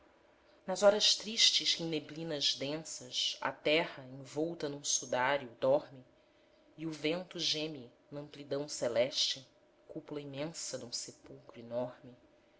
nas horas tristes que em neblinas densas a terra envolta num sudário dorme e o vento geme na amplidão celeste cúpula imensa dum sepulcro enorme